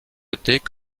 jetées